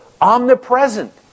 omnipresent